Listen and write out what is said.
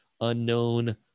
unknown